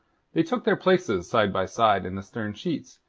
they took their places side by side in the stern sheets,